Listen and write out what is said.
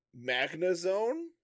MagnaZone